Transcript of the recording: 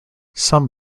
some